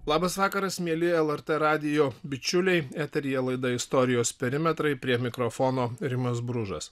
labas vakaras mieli lrt radijo bičiuliai eteryje laida istorijos perimetrai prie mikrofono rimas bružas